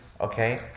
Okay